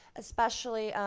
especially,